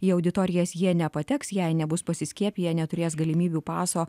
į auditorijas jie nepateks jei nebus pasiskiepiję neturės galimybių paso